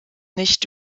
nicht